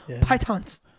pythons